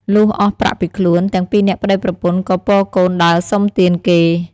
លុះអស់ប្រាក់ពីខ្លួន ទាំងពីរនាក់ប្តីប្រពន្ធក៏ពរកូនដើរសុំទានគេ។